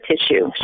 tissue